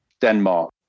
Denmark